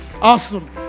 Awesome